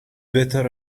better